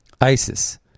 ISIS